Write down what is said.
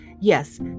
yes